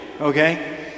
okay